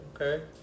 Okay